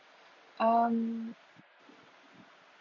um